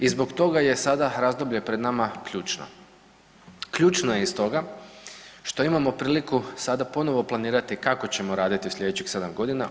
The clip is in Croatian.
I zbog toga je sada razdoblje pred nama ključno, ključno je i stoga što imamo priliku sada ponovo planirati kako ćemo raditi u sljedećih sedam godina.